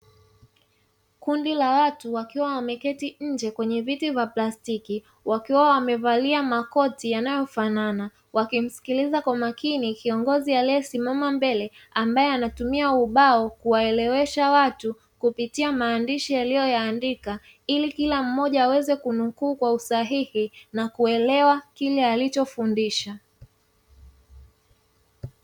Kundi la watu wakiwa wameketi nje, kwenye viti vya plastiki, wakiwa wamevalia makoti yanayofanana, wakimsikiliza kwa makini kiongozi aliyesimama mbele, ambaye anatumia ubao kuwaelewesha watu kupitia maandishi aliyoyaandika ili kila mmoja aweze kunukuu kwa usahihi na kuelewa kile alichofundisha.